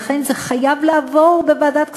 לכן, זה חייב לעבור בוועדת הכספים.